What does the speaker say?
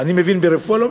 אני מבין ברפואה?